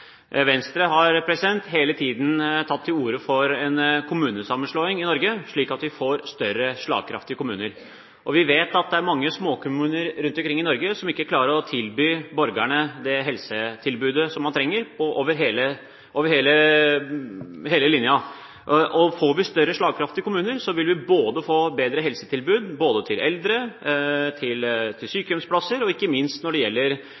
Venstre har hele tiden tatt til orde for kommunesammenslåing i Norge, slik at vi får større, slagkraftige kommuner. Vi vet at det er mange småkommuner rundt omkring i Norge som ikke klarer å tilby borgerne det helsetilbudet de trenger – over hele linja. Får vi større, slagkraftige kommuner, vil vi få bedre helsetilbud til eldre – sykehjemsplasser – og ikke minst andre typer tilbud som kommunen skal tilby. Så jeg kjenner meg ikke helt igjen i det